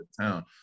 town